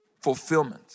fulfillment